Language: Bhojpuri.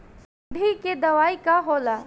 गंधी के दवाई का होला?